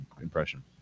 impression